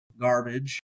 garbage